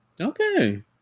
Okay